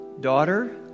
daughter